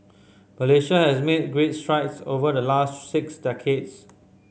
Malaysia has made great strides over the last six decades